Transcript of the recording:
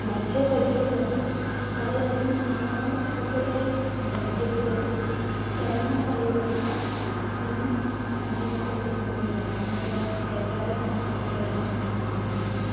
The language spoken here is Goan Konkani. मातशें कठीण जाता ताका लागून हांव कपडे घराचे भितर फॅन चालू करता आनी म्हाजें कपडे सुकोवन घेता नाजाल्यार हेअर ड्रायर आसतात हेर ड्रायरान सुकोवन दवरता